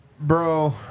Bro